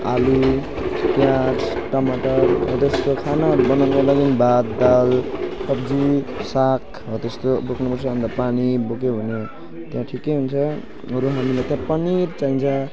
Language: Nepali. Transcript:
आलु पियाज टमाटर हो त्यस्तो खानाहरू बनाउनको लागि भात दाल सब्जी साग हो त्यस्तो बोक्नुपर्छ अन्त पानी बोक्यो भने त्यहाँ ठिकै हुन्छ अरू हामीलाई त्यहाँ पनिर चाहिन्छ